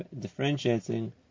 differentiating